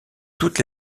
toutes